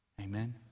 Amen